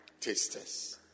Tasters